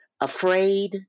afraid